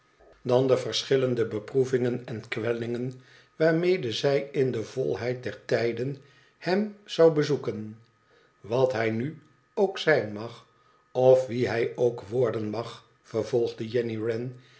schb vriend schillende beproevingen en kwellingen waarmede zij in de volheid der tijden hem zou bezoeken wat hij nu ook zijn mag of wie hij ook worden mag vervolgde jenny